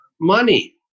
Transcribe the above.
Money